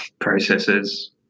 processes